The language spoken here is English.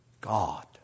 God